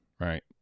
right